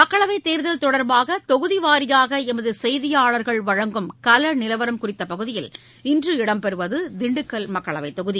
மக்களவைத் தேர்தல் தொடர்பாக தொகுதி வாரியாக எமது செய்தியாளர்கள் வழங்கும் கள நிலவரம் குறித்த பகுதியில் இன்று இடம் பெறுவது திண்டுக்கல் மக்களவைத் தொகுதி